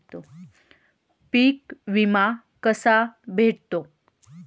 पीक विमा कसा भेटतो?